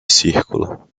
círculo